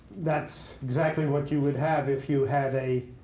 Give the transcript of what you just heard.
that's exactly what you would have if you had a